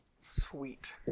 Sweet